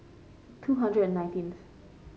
two hundred and nineteenth